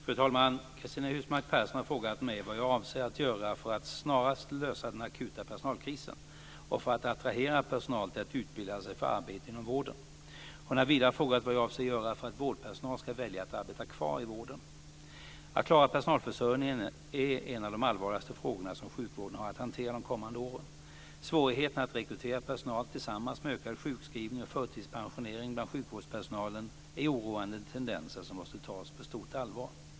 Fru talman! Cristina Husmark Persson har frågat mig vad jag avser att göra för att snarast lösa den akuta personalkrisen och för att attrahera personal till att utbilda sig för arbete inom vården. Hon har vidare frågat vad jag avser göra för att vårdpersonal ska välja att arbeta kvar i vården. Att klara personalförsörjningen är en av de allvarligaste frågorna som sjukvården har att hantera de kommande åren. Svårigheterna att rekrytera personal tillsammans med ökad sjukskrivning och förtidspensionering bland sjukvårdspersonalen är oroande tendenser som måste tas på stort allvar.